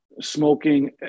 smoking